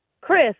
Chris